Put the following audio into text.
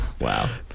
Wow